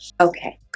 Okay